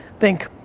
think,